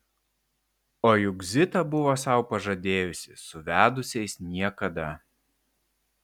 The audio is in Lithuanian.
o juk zita buvo sau pažadėjusi su vedusiais niekada